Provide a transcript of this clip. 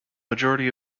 majority